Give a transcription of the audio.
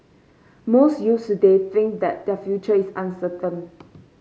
most youths today think that their future is uncertain